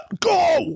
Go